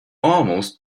almost